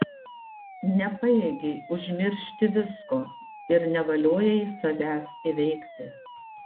nepajėgei užmiršti visko ir nevaliojai savęs įveikti